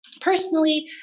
personally